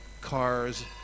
cars